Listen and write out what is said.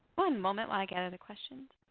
one moment while i get other questions.